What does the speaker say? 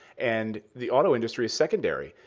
and the auto industry is secondary.